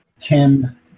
Kim